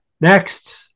next –